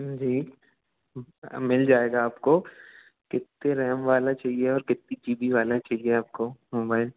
जी मिल जाएगा आपको कितने रैम वाला चाहिए और कितने जी बी वाला चाहिए आपको मोबाइल